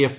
F